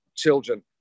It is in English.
children